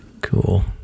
Cool